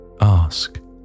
Ask